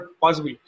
possible